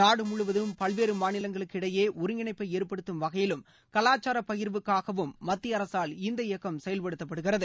நாடு முழுவதும் பல்வேறு மாநிலங்களுக்கு இடையே ஒருங்கிணைப்பை ஏற்படுத்தும் வகையிலும் கலாச்சார பகிர்வுக்காகவும் மத்திய அரசால் இந்த இயக்கம் செயல்படுத்தப்படுகிறது